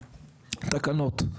תקנות.